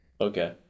Okay